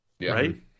right